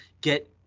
get